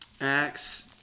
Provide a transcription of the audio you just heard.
Acts